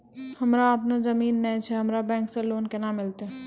हमरा आपनौ जमीन नैय छै हमरा बैंक से लोन केना मिलतै?